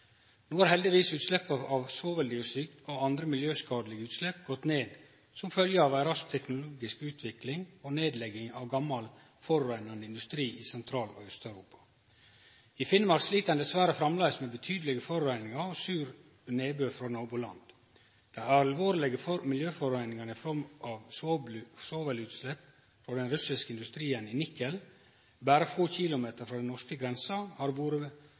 No er heldigvis utsleppa av svoveldioksid og andre miljøskadelege utslepp gått ned som følgje av ei rask teknologisk utvikling og nedlegging av gammal, forureinande industri i Sentral- og Aust-Europa. I Finnmark slit dei dessverre framleis med betydelege forureiningar og sur nedbør frå naboland. Dei alvorlege miljøforureiningane i form av svovelutslepp frå den russiske industrien i Nikel, berre få kilometer frå den norske grensa, har vore